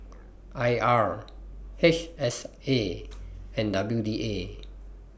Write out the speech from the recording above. I R H S A and W D A